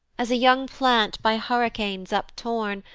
as a young plant by hurricanes up torn,